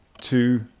two